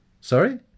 Sorry